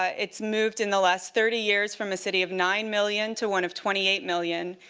it's moved in the last thirty years from a city of nine million to one of twenty eight million,